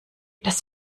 das